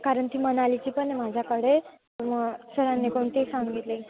कारण ती मनालीची पण आहे माझ्याकडे मग सरांनी कोणते सांगितले